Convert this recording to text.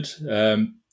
good